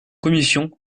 commission